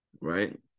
right